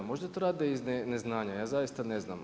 Možda to rade iz neznanja, ja zaista ne znam.